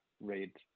rate